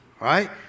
right